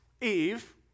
Eve